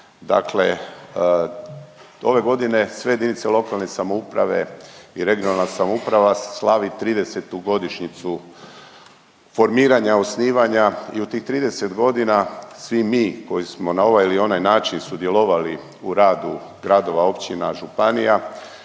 Dakle, ove godine sve jedinice lokalne samouprave i regionalna samouprava slavi 30-tu godišnjicu formiranja, osnivanja i u tih 30 godina svi mi koji smo na ovaj ili onaj način sudjelovali u radu gradova, općina, županija